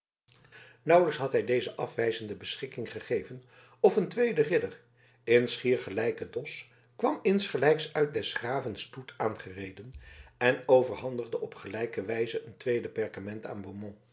nauwelijks had hij deze afwijzende beschikking gegeven of een tweede ridder in schier gelijken dos kwam insgelijks uit des graven stoet aangereden en overhandigde op gelijke wijze een tweede perkament aan